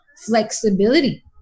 flexibility